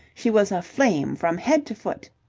she was aflame from head to foot.